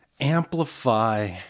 Amplify